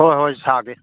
ꯍꯣꯏ ꯍꯣꯏ ꯁꯥꯒꯦ